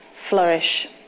flourish